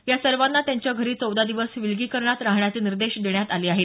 या सर्वाँना त्यांच्या घरी चौदा दिवस विलगीकरणात राहण्याचे निर्देश देण्यात आले आहेत